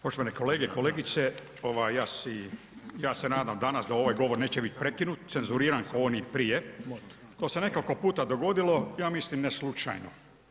Poštovane kolege, kolegice, ja se nadam danas da ovaj govor neće biti prekinut, cenzuriran ko oni prije, koji se nekoliko puta dogodilo, ja mislim ne slučajno.